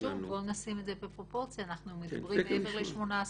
אבל בואו נשים את הדברים בפרופורציה אנחנו מדברים מעבר ל-18 חודשים.